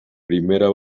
primera